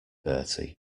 bertie